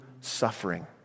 suffering